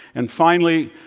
and finally,